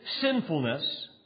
sinfulness